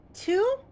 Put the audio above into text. Two